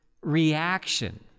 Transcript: reaction